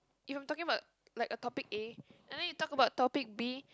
you talking about like a topic A and then you talk about topic B